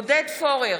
עודד פורר,